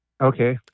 Okay